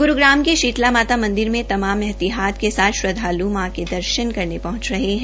ग्रूग्राम के शीतला माता मंदिर में तमाम एहतियात के साथ श्रद्वालू मां के दर्शन करने पहुंच रहे है